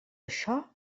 això